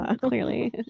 clearly